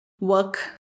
work